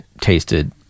tasted